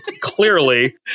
clearly